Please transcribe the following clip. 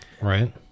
Right